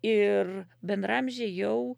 ir bendraamžiai jau